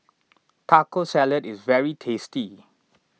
Taco Salad is very tasty